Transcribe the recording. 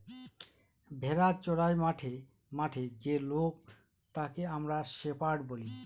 ভেড়া চোরাই মাঠে মাঠে যে লোক তাকে আমরা শেপার্ড বলি